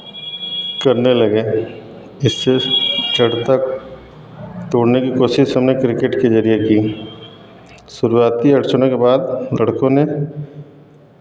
करने लगे इससे जब तक तोड़ने की कोशिश हमने क्रिकेट के ज़रिए की शुरुआती अड़चनों के बाद लड़कों ने